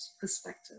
perspective